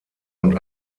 und